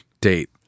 date